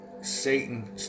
Satan